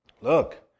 Look